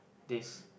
this